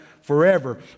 forever